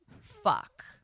fuck